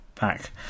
back